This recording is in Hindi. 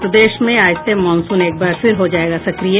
और प्रदेश मे आज से मॉनसून एक बार फिर हो जायेगा सक्रिय